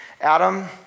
Adam